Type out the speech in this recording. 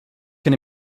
can